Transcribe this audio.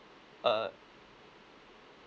uh uh